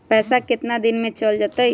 पैसा कितना दिन में चल जतई?